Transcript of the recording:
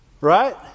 Right